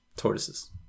tortoises